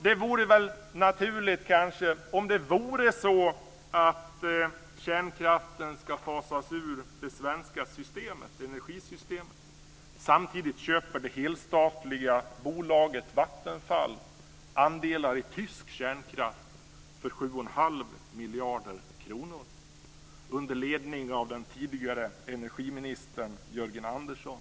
Det vore väl naturligt om det vore så att kärnkraften ska fasas ur det svenska energisystemet, men samtidigt köper det helstatliga bolaget Vattenfall andelar i tysk kärnkraft för 7,5 miljarder kronor under ledning av den tidigare energiministern Jörgen Andersson.